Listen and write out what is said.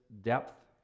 depth